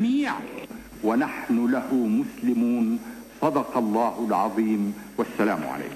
לעברית: שלום עליכם ורחמי האל.